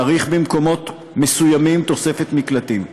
צריך במקומות מסוימים תוספת מקלטים.